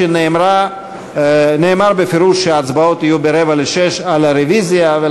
שנאמר בפירוש שההצבעות על הרוויזיה יהיו ב-17:45,